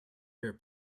her